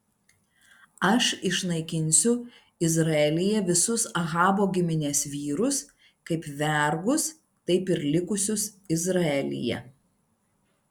aš išnaikinsiu izraelyje visus ahabo giminės vyrus kaip vergus taip ir likusius izraelyje